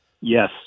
Yes